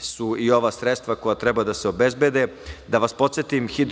su i ova sredstva koja treba da se obezbede. Da vas podsetim, HE